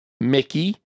Mickey